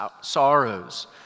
sorrows